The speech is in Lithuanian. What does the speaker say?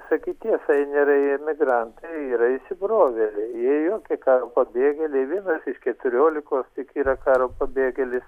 sakyt tiesą ir nėra jie migrantai yra įsibrovėliai jie jokie karo pabėgėliai vienas iš keturiolikos tik yra karo pabėgėlis